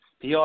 pr